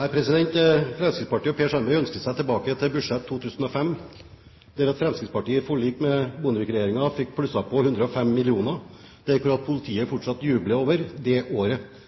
Nei, Fremskrittspartiet og Per Sandberg ønsker seg tilbake til budsjettet for 2005, der Fremskrittspartiet i forlik med Bondevik-regjeringen fikk plusset på 105 mill. kr. Politiet jubler fortsatt over det året.